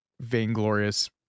vainglorious